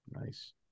Nice